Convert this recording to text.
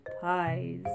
pies